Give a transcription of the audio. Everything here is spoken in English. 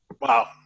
Wow